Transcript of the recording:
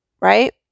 Right